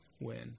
win